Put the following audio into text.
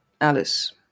Alice